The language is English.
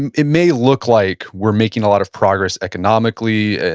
and it may look like we're making a lot of progress economically,